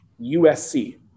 USC